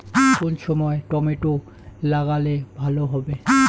কোন সময় টমেটো লাগালে ভালো হবে?